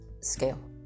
scale